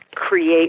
create